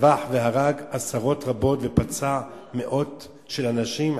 טבח והרג עשרות רבות ופצע מאות של אנשים.